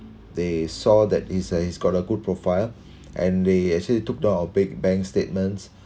they saw that he's a he's got a good profile and they actually took down a big bank statements